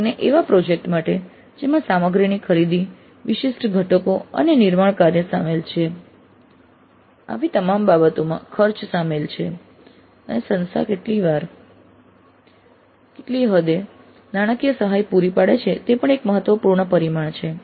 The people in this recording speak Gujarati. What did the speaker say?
ખાસ કરીને એવા પ્રોજેક્ટ જેમાં સામગ્રીની ખરીદી વિશિષ્ટ ઘટકો અને નિર્માણ કાર્ય સામેલ છે આવી તમામ બાબતોમાં ખર્ચ સામેલ છે અને સંસ્થા કેટલી હદે નાણાકીય સહાય પૂરી પાડે છે તે પણ એક મહત્વપૂર્ણ પરિમાણ છે